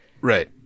Right